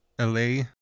la